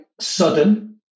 sudden